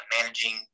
managing